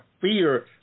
fear